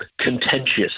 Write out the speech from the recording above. contentious